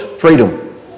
freedom